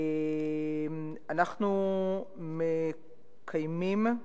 אנחנו מקיימים,